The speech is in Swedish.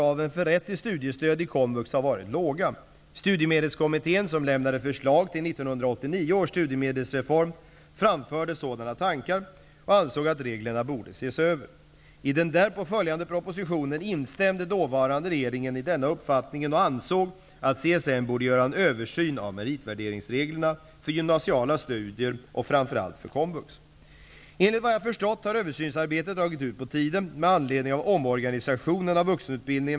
Studiemedelskommitte n, som lämnade förslag till 1989 års studiemedelsreform , framförde sådana tankar och ansåg att reglerna borde ses över. I den därpå följande propositionen instämde dåvarande regeringen i denna uppfattning och ansåg att CSN borde göra en översyn av meritvärderingsreglerna för gymnasiala studier och framför allt för komvux.